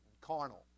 carnal